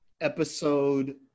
episode